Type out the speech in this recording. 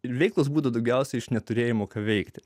veiklos būdu daugiausiai iš neturėjimo ką veikti